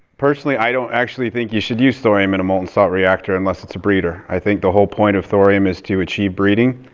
personally, i don't think you should use thorium in a molten-salt reactor unless it's a breeder. i think the whole point of thorium is to achieve breeding,